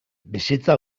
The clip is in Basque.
bizitza